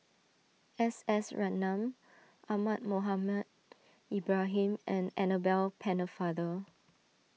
S S Ratnam Ahmad Mohamed Ibrahim and Annabel Pennefather